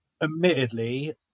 Admittedly